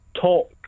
talk